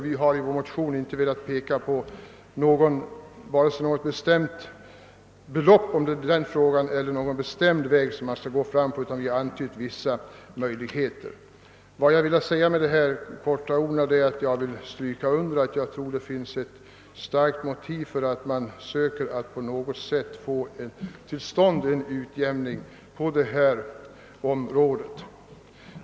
Vi har i vår motion inte velat anvisa vare sig någon bestämd väg att gå — vi har bara antytt vissa möjligheter — eller något bestämt belopp. Jag har velat med dessa få ord stryka under att det finns ett starkt behov av att på något sätt försöka få till stånd en utjämning på det här området.